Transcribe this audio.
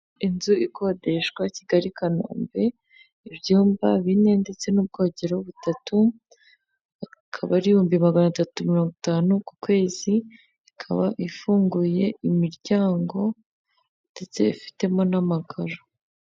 Inzu ikodeshwa Kigali i Kanombe, ibyumba bine ndetse n'ubwogero butatu, akaba ari ibihumbi magana atatu mirongo itanu ku kwezi, ikaba ifunguye imiryango ndetse ifitemo n'amakaro.